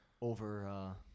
over